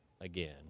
again